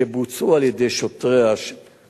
שבוצעו על-ידי השוטרים,